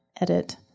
edit